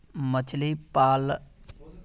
मछली पालानेर तने नाओर इस्तेमाल बहुत पहले से होचे